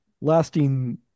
lasting